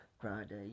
Friday